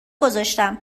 گذاشتم